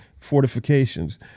fortifications